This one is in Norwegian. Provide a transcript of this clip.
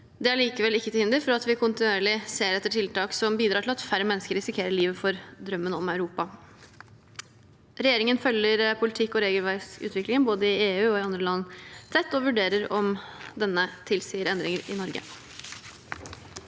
Det er likevel ikke til hinder for at vi kontinuerlig ser etter tiltak som bidrar til at færre mennesker risikerer livet for drømmen om Europa. Regjeringen følger politikk- og regelverksutviklingen både i EU og i andre land tett og vurderer om den tilsier endringer i Norge.